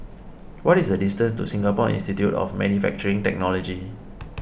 what is the distance to Singapore Institute of Manufacturing Technology